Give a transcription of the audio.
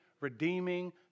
redeeming